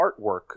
artwork